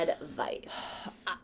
advice